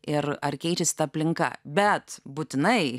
ir ar keičiasi ta aplinka bet būtinai